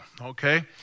okay